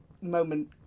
moment